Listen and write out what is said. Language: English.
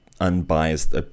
unbiased